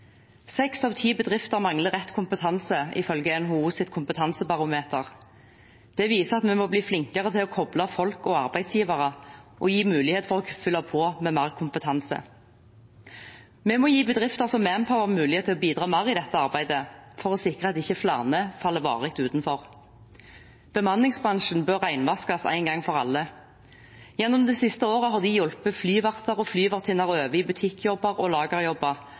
Seks av ti bedrifter mangler rett kompetanse, ifølge NHOs kompetansebarometer. Det viser at vi må bli flinkere til å kople folk og arbeidsgivere og gi mulighet for å fylle på med mer kompetanse. Vi må gi bedrifter som Manpower mulighet til å bidra mer i dette arbeidet, for å sikre at ikke flere faller varig utenfor. Bemanningsbransjen bør renvaskes en gang for alle. Gjennom det siste året har de hjulpet flyverter og flyvertinner over i butikkjobber og